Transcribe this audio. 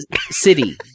City